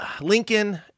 Lincoln